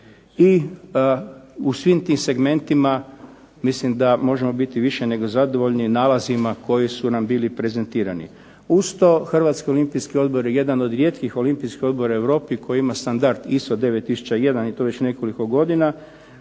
i u svim tim segmentima mislim da možemo biti zadovoljni nalazima koji su nam bili prezentirani. Uz to, Hrvatski olimpijski odbor je jedan od rijetkih olimpijskih odbora u Europi koji ima standard ISO 9001 i to već nekoliko godina